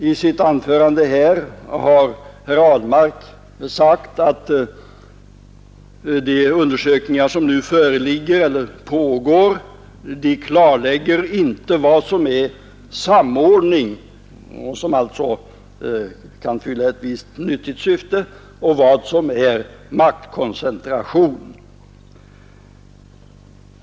I sitt anförande här har herr Ahlmark sagt att de nu pågående undersökningarna inte klarlägger vad som är samordning — och som alltså kan fylla ett visst nyttigt syfte — och vad som är maktkoncentration.